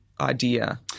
idea